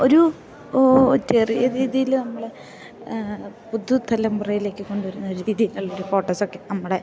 ഒരു ചെറിയ രീതിയിൽ നമ്മളെ പുതു തലമുറയിലേക്ക് കൊണ്ടു വരുന്ന രീതിയിലുള്ളൊരു ഫോട്ടോസൊക്കെ നമ്മുടെ